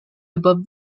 above